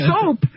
soap